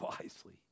wisely